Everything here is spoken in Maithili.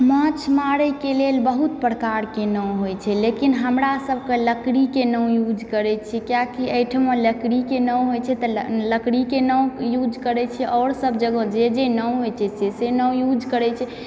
माछ मारएके लेल बहुत प्रकार के नाव होइ छै लेकिन हमरा सबके लकड़ी के नाव यूज करै छी कियाकी एहिठाम लकड़ी के नाव होइ छै तऽ लकड़ी के नाव यूज करै छियै आओर सब जगह जे जे नाव होइ छै से से नाव यूज करै छै